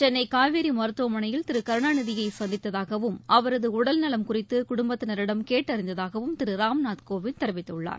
சென்னைகாவேர்மருத்துவமனையில் திருகருணாநிதியைசந்தித்ததாகவும் அவரதுஉடல்நலம் குறித்துகுடும்பத்தினரிடம் கேட்டறிந்ததாகவும் திருராம்நாத் கோவிந்த் தெரிவித்துள்ளார்